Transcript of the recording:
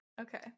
Okay